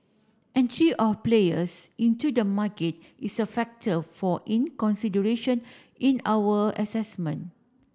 entry of players into the market is a factor for in consideration in our assessment